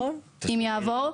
אם יעבור,